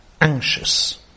anxious